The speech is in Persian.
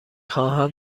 خواهم